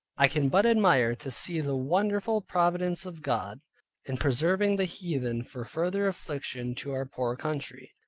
i can but admire to see the wonderful providence of god in preserving the heathen for further affliction to our poor country.